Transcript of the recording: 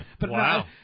Wow